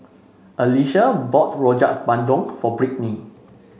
Alysia bought Rojak Bandung for Brittney